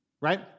Right